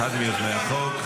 אחד מיוזמי החוק.